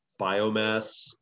biomass